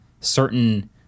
certain